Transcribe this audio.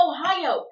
Ohio